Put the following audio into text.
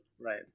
Right